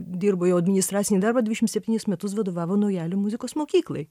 dirbo jau administracinį darbą dvidešim septynis metus vadovavo naujalio muzikos mokyklai